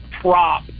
prop